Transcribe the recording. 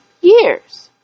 years